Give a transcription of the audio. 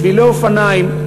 שבילי אופניים.